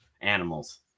animals